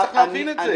אתה צריך להבין את זה.